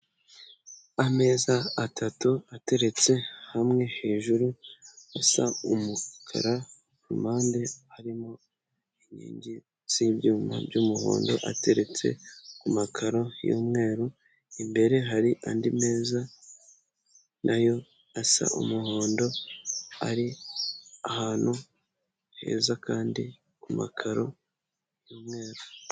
Ameza atatu ateretse hamwe hejuru asa umukara impande harimo inyingi z'ibyuma by'umuhondo ateretse ku makaro y'umweru. Imbere hari andi meza nayo asa umuhondo ari ahantu heza kandi ku makaro y'umweru.